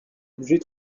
objets